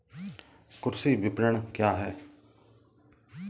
कृषि विपणन क्या है?